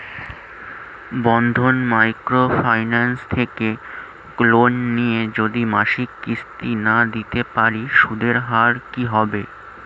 বন্ধন micro finance থেকে loan নিয়ে যদি মাসিক কিস্তি না দিতে পারি সুদের হার কি হবে?